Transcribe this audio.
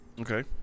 Okay